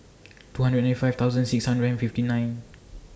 two hundred and ninety five thousand six hundred and fifty nine